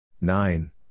Nine